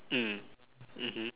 mm mmhmm